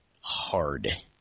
hard